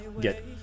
get